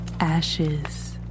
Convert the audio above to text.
Ashes